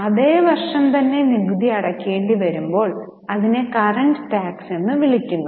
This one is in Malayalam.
അതേ വർഷം തന്നെ നികുതി അടയ്ക്കേണ്ടിവരുമ്പോൾ അതിനെ കറന്റ് റ്റാക്സ് എന്ന് വിളിക്കുന്നു